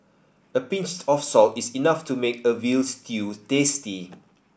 a pinch of salt is enough to make a veal stew tasty